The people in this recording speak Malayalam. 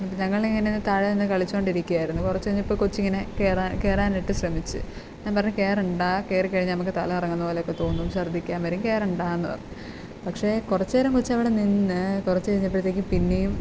ഞങ്ങൾ ഇങ്ങനെ താഴെ നിന്ന് കളിച്ചുകൊണ്ടിരിക്കുകയായിരുന്നു കുറച്ച് കഴിഞ്ഞപ്പോൾ കൊച്ചിങ്ങനെ കയറാൻ കയറാനായിട്ട് ശ്രമിച്ചു ഞാൻ പറഞ്ഞു കയറേണ്ട കയറി കഴിഞ്ഞാൽ നമുക്ക് തല കറങ്ങുന്നത് പോലെ ഒക്കെ തോന്നും ഛർദ്ദിക്കാൻ വരും കയറേണ്ട എന്ന് പറഞ്ഞു പക്ഷേ കുറച്ചുനേരം കൊച്ച് അവിടെ നിന്നു കുറച്ച് കഴിഞ്ഞപ്പോഴത്തേക്കും പിന്നെയും